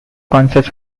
concerts